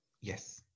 Yes